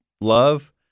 love